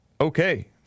okay